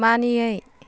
मानियै